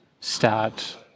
start